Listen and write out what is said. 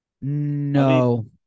No